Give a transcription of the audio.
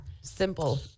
simple